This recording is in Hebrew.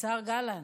השר גלנט.